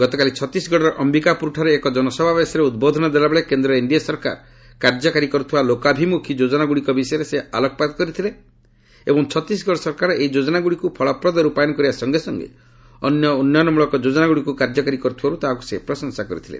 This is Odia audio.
ଗତକାଲି ଛତିଶଗଡ଼ର ଅୟିକାପୁରଠାରେ ଏକ ଜନସଭାବେଶରେ ଉଦ୍ବୋଧନ ଦେଲାବେଳେ କେନ୍ଦ୍ରର ଏନ୍ଡିଏ ସରକାର କାର୍ଯ୍ୟକାରୀ କରୁଥିବା ଲୋକାଭିମୁଖୀ ଯୋକନାଗୁଡ଼ିକ ବିଷୟରେ ସେ ଆଲୋକପାତ କରିଥିଲେ ଏବଂ ଛତିଶଗଡ଼ ସରକାର ଏହି ଯୋଜନାଗୁଡ଼ିକୁ ଫଳପ୍ରଦ ର୍ ପାୟନ କରିବା ସଙ୍ଗେସଙ୍ଗେ ଅନ୍ୟ ଉନ୍ନୟନମ୍ଭଳକ ଯୋଜନାଗୁଡ଼ିକୁ କାର୍ଯ୍ୟକାରୀ କରୁଥିବାରୁ ତାହାକୁ ସେ ପ୍ରଶଂସା କରିଥିଲେ